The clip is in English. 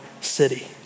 city